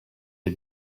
had